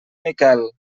miquel